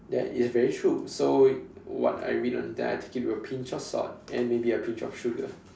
that yes very true so what I mean that I take it with a pinch of salt and maybe a pinch of sugar